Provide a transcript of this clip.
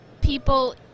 people